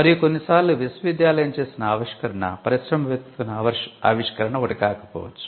మరియు కొన్నిసార్లు విశ్వవిద్యాలయం చేసిన ఆవిష్కరణ పరిశ్రమ వెతుకుతున్న ఆవిష్కరణ ఒకటి కాకపోవచ్చు